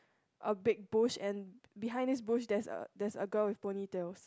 a big bush and behind this bush there's a there's a girl with ponytails